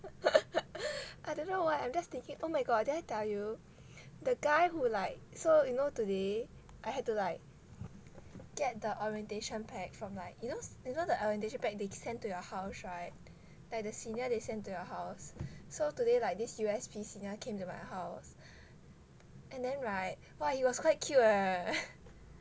I don't know why I'm just thinking oh my god did I tell you the guy who like so you know today I had to like get the orientation pack from like you know you know the orientation pack they send to your house [right] like the senior they send to your house so today like this U_S_P senior came to my house and then [right] !wah! he was quite cute eh